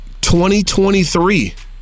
2023